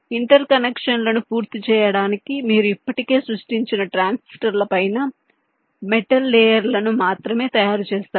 inter కనెక్షన్లను పూర్తి చేయడానికి మీరు ఇప్పటికే సృష్టించిన ట్రాన్సిస్టర్ల పైన మెటల్ లేయర్ల ను మాత్రమే తయారు చేస్తారు